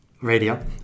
radio